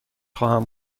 خواهم